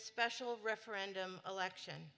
special referendum election